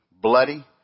bloody